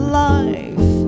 life